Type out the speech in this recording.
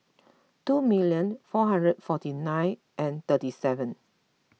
two million four hundred forty nine and thirty seven